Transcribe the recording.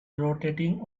rotating